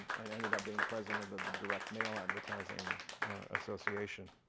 and ended up being the president of the direct mail advertising association.